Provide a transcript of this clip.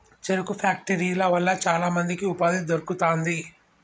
చెరుకు ఫ్యాక్టరీల వల్ల చాల మందికి ఉపాధి దొరుకుతాంది